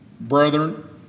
Brethren